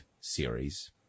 series